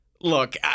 Look